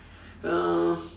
uh